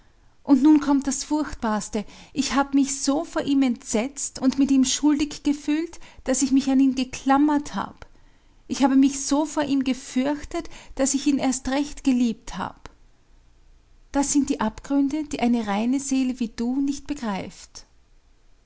und nun kommt das furchtbarste ich habe mich so vor ihm entsetzt und mit ihm schuldig gefühlt daß ich mich an ihn geklammert hab ich habe mich so vor ihm gefürchtet daß ich ihn erst recht geliebt hab das sind die abgründe die eine reine seele wie du nicht begreifst